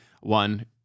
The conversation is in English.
one